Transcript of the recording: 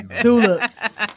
Tulips